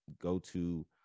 go-to